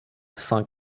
cent